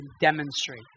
demonstrate